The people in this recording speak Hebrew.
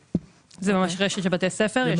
זה ממש רשת של בתי ספר.